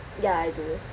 ya I do